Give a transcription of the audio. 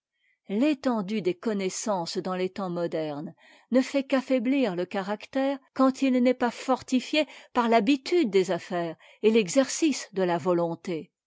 l'étendue des connaissances dans les temps modernes ne fait qu'affaiblir le caractère quand il n'est pas fortifié par l'habitude des affaires et l'exercice de a volonté